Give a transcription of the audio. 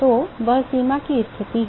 तो वह सीमा की स्थिति है